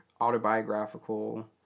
autobiographical